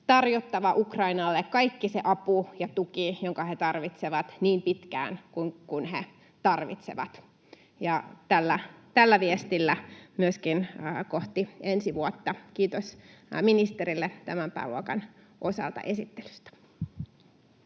tarjottava Ukrainalle kaikki se apu ja tuki, jonka he tarvitsevat niin pitkään kuin he tarvitsevat. Ja tällä viestillä myöskin kohti ensi vuotta. Kiitos ministerille tämän pääluokan osalta esittelystä.